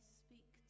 speak